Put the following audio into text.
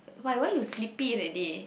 why why you sleepy already